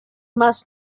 must